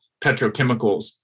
petrochemicals